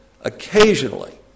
Occasionally